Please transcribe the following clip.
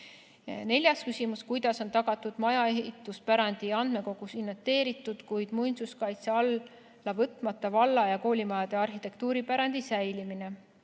Neljas küsimus: "Kuidas on tagatud maaehituspärandi andmekogus inventeeritud, kuid muinsuskaitse alla võtmata valla- ja koolimaade arhitektuuripärandi säilimine?"